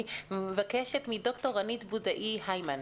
בבקשה, ד"ר רנית בודאי-היימן,